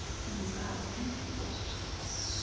something's got out of the paintings? lots of somethings.